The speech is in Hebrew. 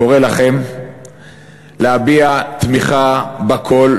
קורא לכם להביע תמיכה בקול,